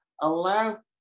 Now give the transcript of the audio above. allow